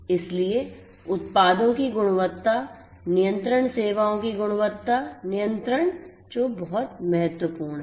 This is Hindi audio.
इसलिए उत्पादों की गुणवत्ता नियंत्रण सेवाओं की गुणवत्ता नियंत्रण जो बहुत महत्वपूर्ण है